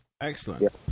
Excellent